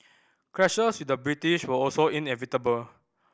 clashes with the British were also inevitable